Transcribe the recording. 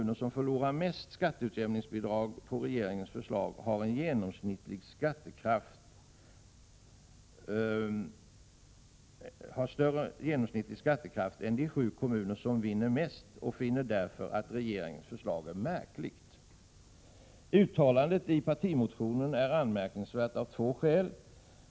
ner som förlorar mest skatteutjämningsbidrag på regeringens förslag har större genomsnittlig skattekraft än de sju kommuner som vinner mest, och finner därför att regeringens förslag är märkligt. Uttalandet i partimotionen är anmärkningsvärt av två skäl.